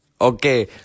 Okay